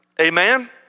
Amen